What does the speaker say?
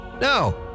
No